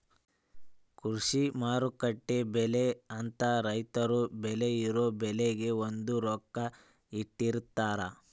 ಕೃಷಿ ಮಾರುಕಟ್ಟೆ ಬೆಲೆ ಅಂತ ರೈತರು ಬೆಳ್ದಿರೊ ಬೆಳೆಗೆ ಒಂದು ರೊಕ್ಕ ಇಟ್ಟಿರ್ತಾರ